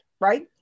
right